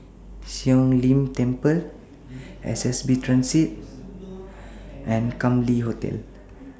Siong Lim Temple S B S Transit and Kam Leng Hotel